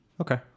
Okay